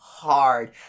hard